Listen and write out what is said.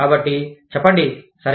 కాబట్టి చెప్పండి సరే